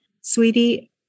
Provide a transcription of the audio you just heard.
sweetie